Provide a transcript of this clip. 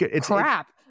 crap